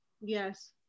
Yes